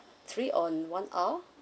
three on one r